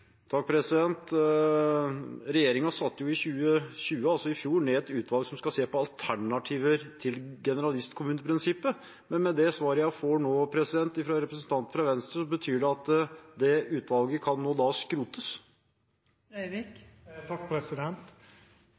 i 2020, altså i fjor, ned et utvalg for å se på alternativer til generalistkommuneprinsippet. Men med det svaret jeg nå får fra representanten fra Venstre, betyr det at det utvalget nå kan